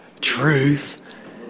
truth